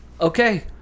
Okay